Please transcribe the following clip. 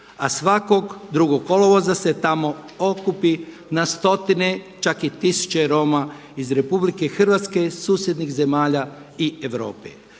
a svakog drugog kolovoza se tamo okupi na stotine, čak i tisuće Roma iz RH, susjednih zemalja i Europe.